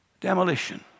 demolition